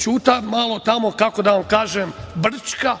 Ćuta malo, kako da vam kažem, brčka,